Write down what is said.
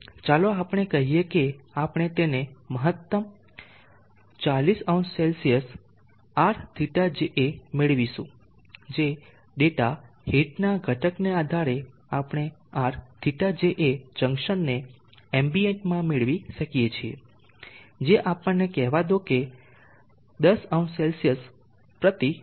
ચાલો આપણે કહીએ કે આપણે તેને મહત્તમ 400C RθJA મેળવીશું જે ડેટા હીટના ઘટકના આધારે આપણે RθJA જંક્શનને એમ્બિયન્ટમાં મેળવી શકીએ છીએ જે આપણને કહેવા દો કે 100CW